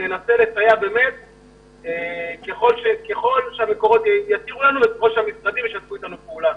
ננסה לסייע ככל שהמקורות יתירו לנו וככל שהמשרדים ישתפו פעולה.